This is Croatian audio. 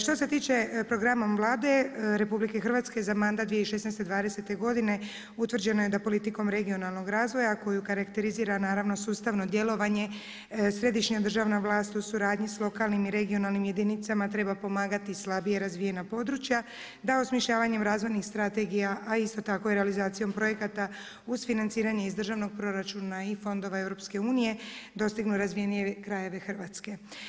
Što se tiče programa Vlade RH za mandat 2016./2020. godine utvrđeno je da politikom regionalnog razvoja koju karakterizira naravno sustavno djelovanje središnja državna vlast u suradnji sa lokalnim i regionalnim jedinicama treba pomagati slabije razvijena područja, da osmišljavanjem razvojnih strategija, a isto tako i realizacijom projekata uz financiranje iz državnog proračuna i fondova EU dostignu razvijenije krajeve Hrvatske.